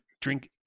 drink